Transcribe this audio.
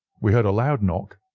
we heard a loud knock,